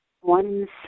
one